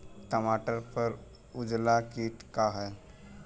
टमाटर पर उजला किट का है?